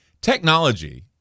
technology